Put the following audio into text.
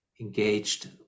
engaged